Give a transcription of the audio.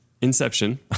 Inception